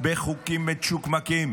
בחוקים מצ'וקמקים